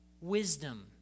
wisdom